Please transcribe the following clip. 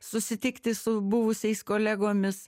susitikti su buvusiais kolegomis